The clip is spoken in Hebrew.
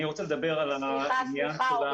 אני רוצה לדבר על העניין של המומחיות.